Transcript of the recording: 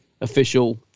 official